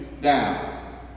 down